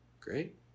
Great